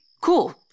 Cool